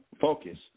focus